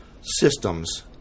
systems